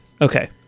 okay